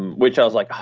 which i was like, oh,